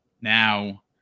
Now